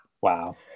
Wow